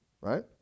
right